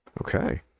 Okay